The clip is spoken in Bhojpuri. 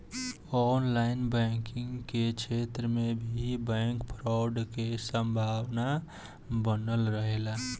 ऑनलाइन बैंकिंग के क्षेत्र में भी बैंक फ्रॉड के संभावना बनल रहेला